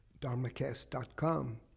Dharmacast.com